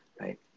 right